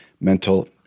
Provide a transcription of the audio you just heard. mental